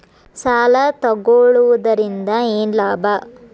ಸಾಲ ತಗೊಳ್ಳುವುದರಿಂದ ಏನ್ ಲಾಭ?